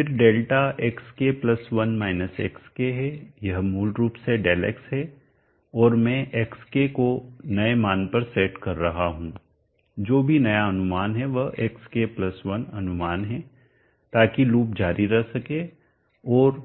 फिर delta xk1 - xk है यह मूल रूप से Δx है और मैं xk को नए मान पर सेट कर रहा हूं जो भी नया अनुमान है वह xk1 अनुमान है ताकि लूप जारी रह सके और